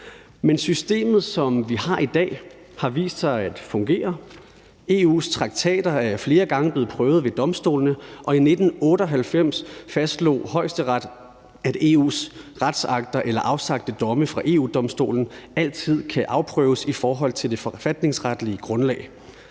Men systemet, som vi har i dag, har vist sig at fungere. EU's traktater er flere gange blevet prøvet ved domstolene, og i 1998 fastslog Højesteret, at EU's retsakter eller afsagte domme fra EU-Domstolen altid kan afprøves i forhold til det forfatningsretlige grundlag.